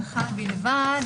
הארכה בלבד.